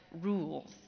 rules